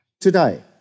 Today